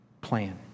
plan